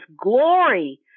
glory